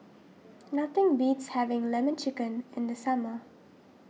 nothing beats having Lemon Chicken in the summer